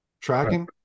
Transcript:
Tracking